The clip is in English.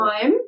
time